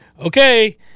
okay